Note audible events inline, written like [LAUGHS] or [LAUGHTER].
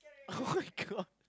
[LAUGHS] [oh]-my-god